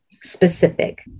specific